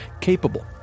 capable